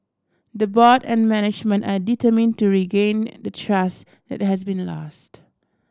the board and management are determine to regain and the trust that has been lost